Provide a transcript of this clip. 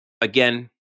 again